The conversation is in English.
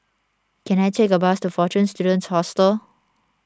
can I take a bus to fortune Students Hostel